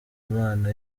imana